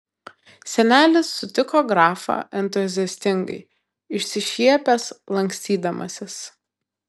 senelis sutiko grafą entuziastingai išsišiepęs lankstydamasis